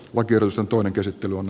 aker usa toinen käsittely on